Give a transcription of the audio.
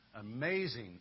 Amazing